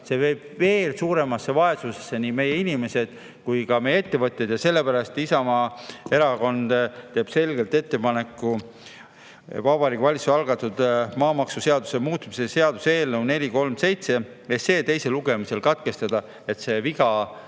see viib veel suuremasse vaesusse nii meie inimesed kui ka meie ettevõtjad. Ja sellepärast Isamaa Erakond teeb selge ettepaneku Vabariigi Valitsuse algatatud maamaksuseaduse muutmise seaduse eelnõu 437 menetlus teisel lugemisel katkestada, et see viga ära